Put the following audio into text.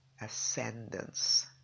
ascendance